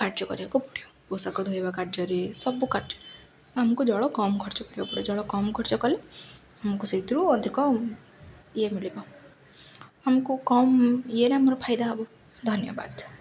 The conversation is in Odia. କାର୍ଯ୍ୟ କରିବାକୁ ପଡ଼ିବ ପୋଷାକ ଧୋଇବା କାର୍ଯ୍ୟରେ ସବୁ କାର୍ଯ୍ୟ ଆମକୁ ଜଳ କମ୍ ଖର୍ଚ୍ଚ କରିବାକୁ ପଡ଼ିବ ଜଳ କମ୍ ଖର୍ଚ୍ଚ କଲେ ଆମକୁ ସେଇଥିରୁ ଅଧିକ ଇଏ ମିଳିବ ଆମକୁ କମ୍ ଇଏରେ ଆମର ଫାଇଦା ହବ ଧନ୍ୟବାଦ